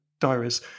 diaries